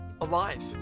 alive